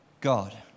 God